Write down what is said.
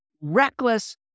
reckless